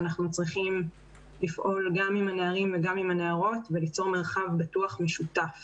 אנחנו צריכים לפעול גם עם הנערים וגם עם הנערות וליצור מרחב בטוח משותף